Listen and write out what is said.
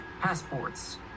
passports